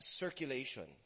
circulation